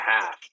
half